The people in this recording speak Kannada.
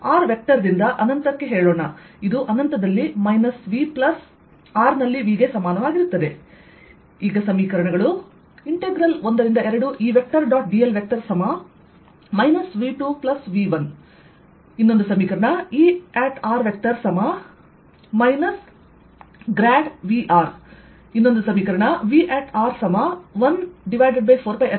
ಆದ್ದರಿಂದ ನಾನು r ಬಿಂದುವಿನಿಂದ ಹೋಗುವ ಇಂಟೆಗ್ರಲ್ E ಡಾಟ್ dl ಅನ್ನುತೆಗೆದುಕೊಂಡರೆ r ವೆಕ್ಟರ್ ದಿಂದ ಅನಂತ ∞ ಕ್ಕೆ ಹೇಳೋಣ ಇದು ಅನಂತದಲ್ಲಿ ಮೈನಸ್ V ಪ್ಲಸ್ r ನಲ್ಲಿ V ಗೆ ಸಮಾನವಾಗಿರುತ್ತದೆ